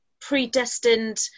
predestined